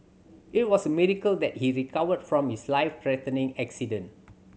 it was a miracle that he recovered from his life threatening accident